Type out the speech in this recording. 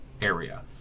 area